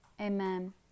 Amen